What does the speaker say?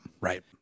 Right